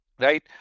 right